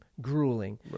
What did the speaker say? grueling